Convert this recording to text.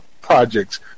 projects